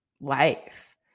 life